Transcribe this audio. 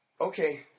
Okay